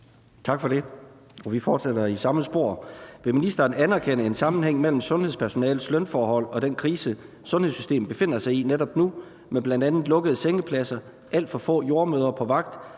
Tak for det. Og vi fortsætter i samme spor: Vil ministeren anerkende en sammenhæng mellem sundhedspersonalets lønforhold og den krise, sundhedssystemet befinder sig i netop nu med bl.a. lukkede sengepladser, alt for få jordemødre på vagt